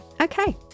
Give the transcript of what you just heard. Okay